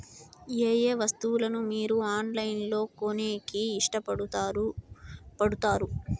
ఏయే వస్తువులను మీరు ఆన్లైన్ లో కొనేకి ఇష్టపడుతారు పడుతారు?